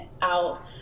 out